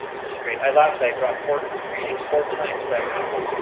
just great. i laughed, i brought four greetings four times that conference.